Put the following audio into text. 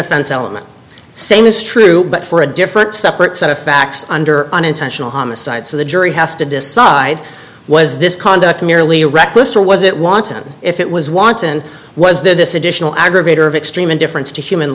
offense element same is true but for a different separate set of facts under an intentional homicide so the jury has to decide was this conduct merely reckless or was it wanton if it was wanton was there this additional aggravator of extreme indifference to human